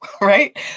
right